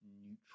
neutral